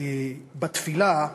בתפילה,